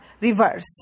reverse